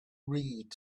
read